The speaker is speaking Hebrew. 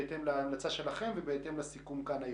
בהתאם להמלצה שלכם ובהתאם לסיכום כאן היום.